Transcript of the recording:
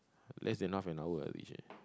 less than half an hour I reached already